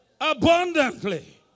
abundantly